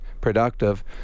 productive